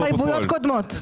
התחייבויות קודמות.